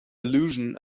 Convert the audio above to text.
illusion